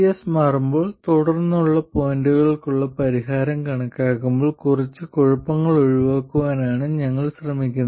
VS മാറുമ്പോൾ തുടർന്നുള്ള പോയിന്റുകൾക്കുള്ള പരിഹാരം കണക്കാക്കുമ്പോൾ കുറച്ച് കുഴപ്പങ്ങൾ ഒഴിവാക്കാനാണ് ഞങ്ങൾ ശ്രമിക്കുന്നത്